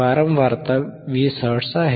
वारंवारता 20 हर्ट्झ आहे